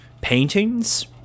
paintings